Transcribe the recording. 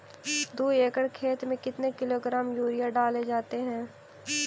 दू एकड़ खेत में कितने किलोग्राम यूरिया डाले जाते हैं?